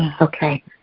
Okay